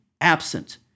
absent